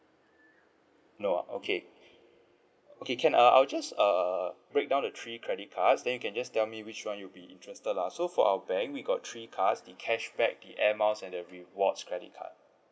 no okay okay can err I'll just err break down the three credit cards then you can just tell me which one you'll be interested lah so for our bank we got three cards the cashback the air miles and the rewards credit card